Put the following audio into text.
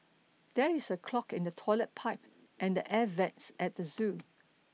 there is a clog in the toilet pipe and the air vents at the zoo